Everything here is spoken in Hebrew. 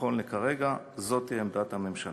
נכון לעכשיו, זו עמדת הממשלה.